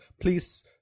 please